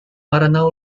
maranao